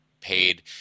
paid